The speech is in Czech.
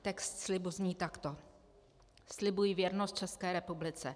Text slibu zní takto: Slibuji věrnost České republice.